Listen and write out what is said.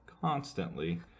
constantly